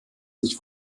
sich